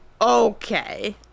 okay